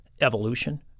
evolution